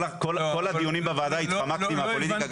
כל הדיונים בוועדה התחמקתי מהפוליטיקה,